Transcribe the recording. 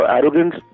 Arrogance